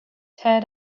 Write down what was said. tear